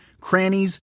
crannies